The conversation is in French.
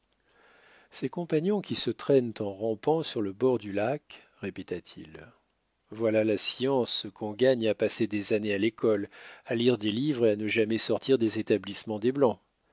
ses compagnons qui se traînent en rampant sur le bord du lac répéta-t-il voilà la science qu'on gagne à passer des années à l'école à lire des livres et à ne jamais sortir des établissements des blancs